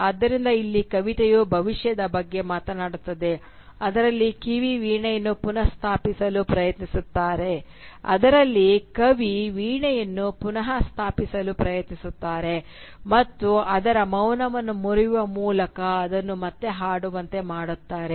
ಆದ್ದರಿಂದ ಇಲ್ಲಿ ಕವಿತೆಯು ಭವಿಷ್ಯದ ಬಗ್ಗೆ ಮಾತನಾಡುತ್ತದೆ ಅದರಲ್ಲಿ ಕವಿ ವೀಣೆಯನ್ನು ಪುನಃಸ್ಥಾಪಿಸಲು ಪ್ರಯತ್ನಿಸುತ್ತಾರೆ ಮತ್ತು ಅದರ ಮೌನವನ್ನು ಮುರಿಯುವ ಮೂಲಕ ಅದನ್ನು ಮತ್ತೆ ಹಾಡುವಂತೆ ಮಾಡುತ್ತಾರೆ